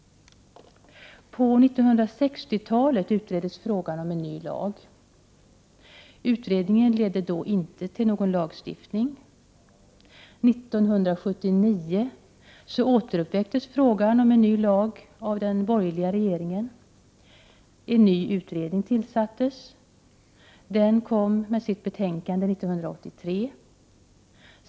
På 1960-talet utreddes frågan om en ny lag. Utredningen ledde då inte till någon lagstiftning. 1979 ”återuppväcktes” frågan om en ny lag av den borgerliga regeringen. En ny utredning tillsattes. Den kom med sitt betänkande 1983.